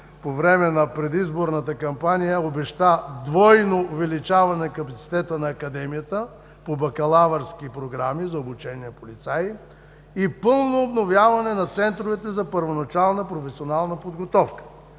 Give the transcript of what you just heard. по време на предизборната кампания обеща двойно увеличаване капацитета на Академията по бакалавърски програми за обучение на полицаи и пълно обновяване на центровете за първоначална професионална подготовка.